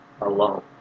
alone